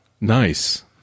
Nice